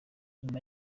nyuma